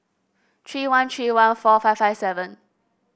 three one three one four five five seven